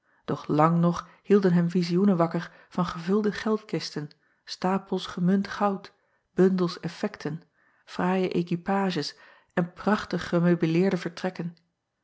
lang nog hielden hem vizioenen wakker van gevulde geldkisten stapels gemunt goud bundels effekten fraaie équipages en prachtig gemeubileerde vertrekken